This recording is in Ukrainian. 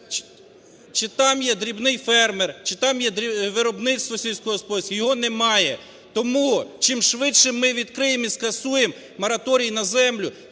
Чи там є дрібний фермер, чи там є виробництво сільськогосподарське? Його немає. Тому, чим швидше ми відкриємо і скасуємо мораторій на землю,